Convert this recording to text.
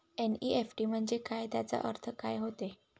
NEFT म्हंजे काय, त्याचा अर्थ काय होते?